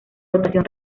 rotación